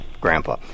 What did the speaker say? grandpa